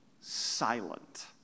silent